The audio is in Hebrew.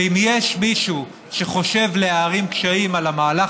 ואם יש מישהו שחושב להערים קשיים על המהלך